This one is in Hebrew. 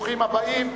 ברוכים הבאים.